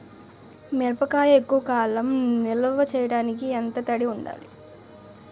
మిరపకాయ ఎక్కువ కాలం నిల్వ చేయటానికి ఎంత తడి ఉండాలి?